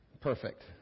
Perfect